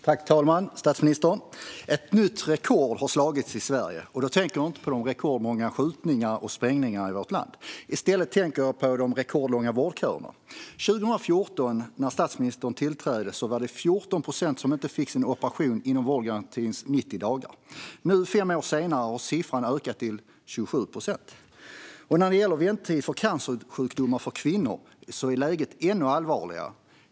Herr talman och statsministern! Ett nytt rekord har slagits i Sverige, och då tänker jag inte på de rekordmånga skjutningarna och sprängningarna i vårt land. I stället tänker jag på de rekordlånga vårdköerna. År 2014, när statsministern tillträdde, var det 14 procent som inte fick sin operation inom vårdgarantins 90 dagar. Nu, fem år senare, har siffran stigit till 27 procent. När det gäller väntetiden för cancersjukdomar för kvinnor är läget ännu allvarligare.